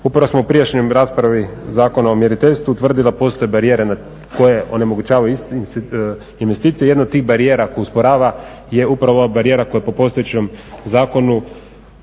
Upravo smo u prijašnjoj raspravi Zakona o mjeriteljstvo utvrdili da postoje barijere koje onemogućavaju investicije. Jedna od tih barijera koja usporava je upravo barijera koja po postojećem zakonu,